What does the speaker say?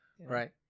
Right